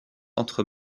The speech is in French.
entre